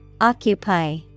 Occupy